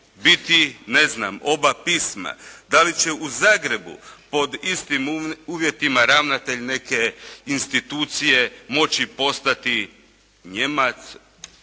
biti ne znam oba pisma? Da li će u Zagrebu pod istim uvjetima ravnatelj neke institucije moći postati Nijemac,